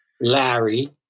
Larry